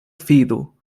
fidu